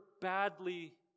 badly